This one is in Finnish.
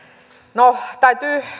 no täytyy